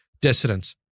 dissidents